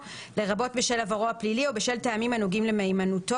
לרבות בשל עברו הפלילי או בשל טעמים הנוגעים למהימנותו".